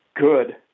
good